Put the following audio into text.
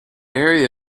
area